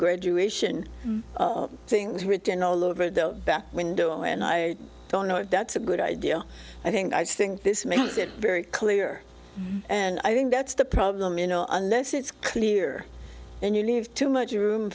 graduation things written all over the back window and i don't know if that's a good idea i think i think this makes it very clear and i think that's the problem you know unless it's clear and you leave too much room